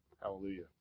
Hallelujah